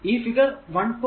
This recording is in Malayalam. ഈ ഫിഗർ 1